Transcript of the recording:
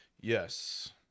Yes